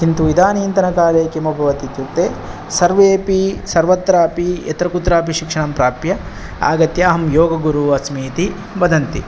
किन्तु इदानीन्तन काले किमभवत् इत्युक्ते सर्वेऽपि सर्वत्रापि यत्र कुत्रापि शिक्षणं प्राप्य आगत्य अहं योगगुरु अस्मीति वदन्ति